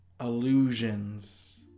Illusions